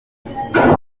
papa